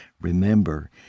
Remember